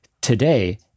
today